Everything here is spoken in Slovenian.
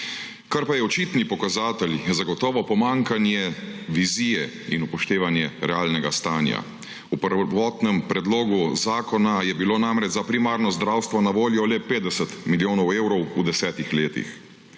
Kar pa je očitni pokazatelj, je zagotovo pomanjkanje vizije in upoštevanje realnega stanja. V prvotnem predlogu zakona je bilo namreč za primarno zdravstvo na voljo le 50 milijonov evrov v desetih letih.